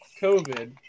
COVID